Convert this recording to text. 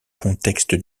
contexte